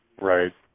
Right